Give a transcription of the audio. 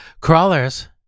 Crawlers